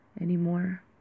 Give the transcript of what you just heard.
anymore